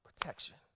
protection